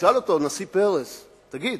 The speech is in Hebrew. ושאל אותו הנשיא פרס: תגיד,